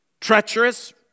treacherous